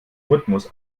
rhythmus